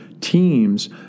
teams